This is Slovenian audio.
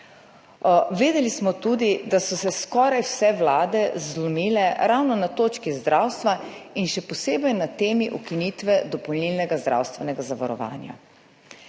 Vedeli smo tudi, da so se skoraj vse vlade zlomile ravno na točki zdravstva in še posebej na temi ukinitve dopolnilnega zdravstvenega zavarovanja.